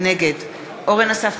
נגד דני דנון,